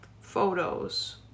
Photos